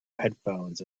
headphones